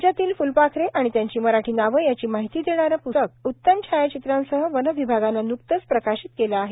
राज्यातील फुलपाखरे आणि त्यांची मराठी नावं याची माहिती देणारं पुस्तक उतम छायाचित्रांसह वन विभागानं न्कतेच प्रकाशित केलं आहे